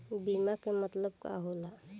बीमा के मतलब का होला?